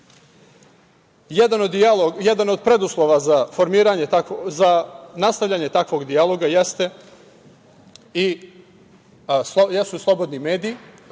Jedan od preduslova za nastavljanje takvog dijaloga jesu slobodni mediji,